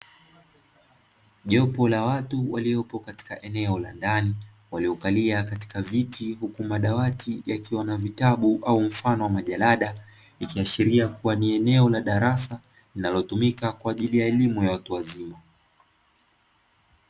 Jopo la watu waliopo katika eneo la ndani waliokalia katika viti huku madawati yakiwa na vitabu au mfano wa jarada, ikiashiria kuwa ni eneo la darasa linalotumika kwa ajili ya elimu ya watu wazima.